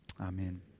Amen